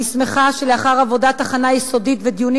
אני שמחה שלאחר עבודת הכנה יסודית ודיונים